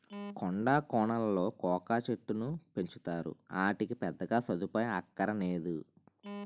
కొండా కోనలలో కోకా చెట్టుకును పెంచుతారు, ఆటికి పెద్దగా సదుపాయం అక్కరనేదు